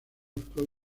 actual